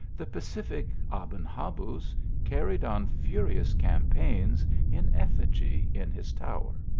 the pacific aben habuz carried on furious campaigns in effigy in his tower.